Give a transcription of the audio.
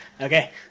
Okay